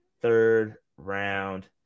third-round